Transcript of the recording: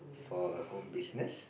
for home business